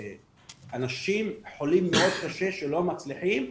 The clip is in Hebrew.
אנשים חולים מאוד קשה שלא מצליחים,